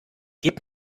gib